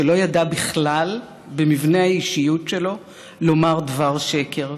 שלא ידע בכלל, במבנה האישיות שלו, לומר דבר שקר,